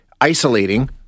isolating